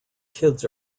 kids